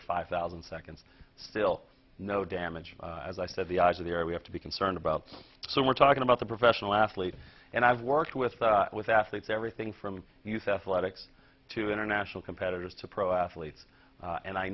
or five thousand seconds still no damage as i said the eyes of the air we have to be concerned about so we're talking about the professional athlete and i've worked with that with athletes everything from youth athletics to international competitors to pro athletes and i